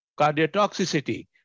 cardiotoxicity